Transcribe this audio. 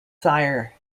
sire